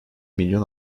milyon